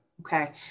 Okay